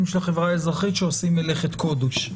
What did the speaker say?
של החברה האזרחית שעושים מלאכת קודש,